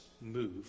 move